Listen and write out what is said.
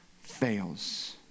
fails